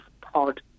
POD